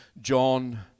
John